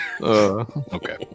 Okay